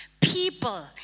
People